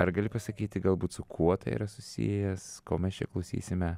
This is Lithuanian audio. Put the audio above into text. ar gali pasakyti galbūt su kuo tai yra susijęs ko mes čia klausysime